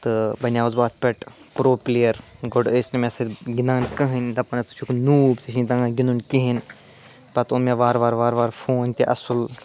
تہٕ بنایوُس بہٕ اَتھ پٮ۪ٹھ پرٛو پُلیر گۄڈٕ ٲسۍ نہٕ مےٚ سۭتۍ گِنٛدان کِہٕنٛۍ دپان ٲسۍ ژٕ چھُکھ نوٗب ژےٚ چھِ نہٕ تَگان گِنٛدُن کِہیٖنٛۍ پتہٕ اون مےٚ وارٕ وارٕ وار وارٕ فون تہِ اَصٕل